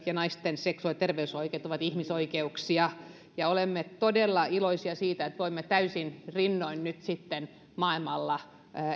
ja naisten seksuaali ja terveysoikeudet ovat ihmisoikeuksia olemme todella iloisia siitä että voimme täysin rinnoin nyt sitten maailmalla